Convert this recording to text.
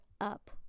up